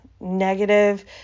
negative